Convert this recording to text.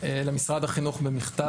למשרד החינוך במכתב.